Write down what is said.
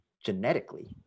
genetically